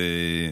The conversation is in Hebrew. א.